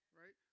right